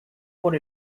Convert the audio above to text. por